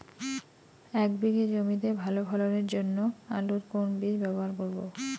এক বিঘে জমিতে ভালো ফলনের জন্য আলুর কোন বীজ ব্যবহার করব?